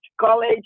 college